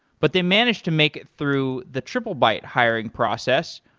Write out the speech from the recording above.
but they managed to make it through the triplebyte hiring process.